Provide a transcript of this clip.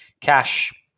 Cash